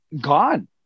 gone